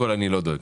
אני לא דואג.